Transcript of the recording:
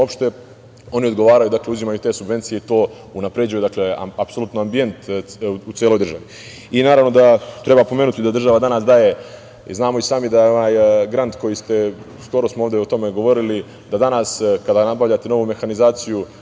uopšte, oni odgovaraju, uzimaju te subvencije i to unapređuje apsolutno ambijent u celoj državi. Naravno da treba pomenuti da država danas daje, znamo i sami da je onaj grant koji ste, skoro smo ovde o tome govorili, da danas kada nabavljate novu mehanizaciju